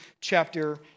chapter